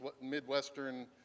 Midwestern